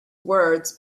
words